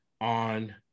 on